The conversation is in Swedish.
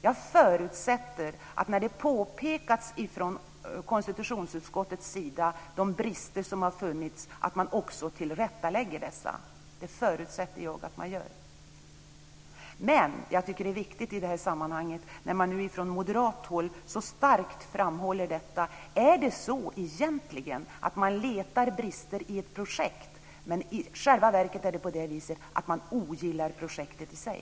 Jag förutsätter att man tillrättalägger de brister som har påpekats från konstitutionsutskottets sida. Från moderat håll framhåller man detta mycket starkt. Är det egentligen så att man letar brister i ett projekt som man ogillar i sig?